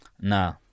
No